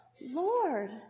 Lord